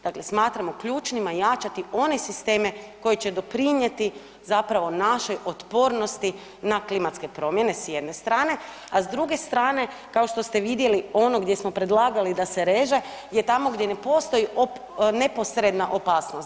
Dakle, smatramo ključnima jačati one sisteme koji će doprinijeti zapravo našoj otpornosti na klimatske promjene s jedne strane, a s druge strane kao što ste vidjeli ono gdje smo predlagali da se reže je tamo gdje ne postoji neposredna opasnost.